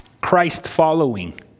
Christ-following